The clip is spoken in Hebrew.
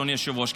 אדוני היושב-ראש,